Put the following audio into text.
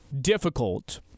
difficult –